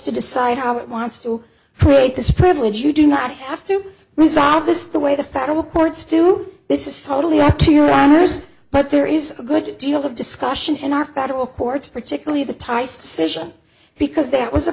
to decide how it wants to create this privilege you do not have to resolve this the way the federal courts do this is totally up to your armor's but there is a good deal of discussion in our federal courts particularly the thai situation because there was a